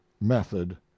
method